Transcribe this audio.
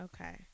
Okay